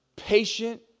Patient